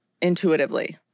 intuitively